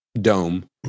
dome